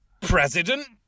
President